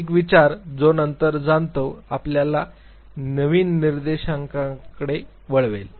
एक विचार जो नंतर जाणतो आपल्याला नवीन दिशानिर्देशांकडे वळवेल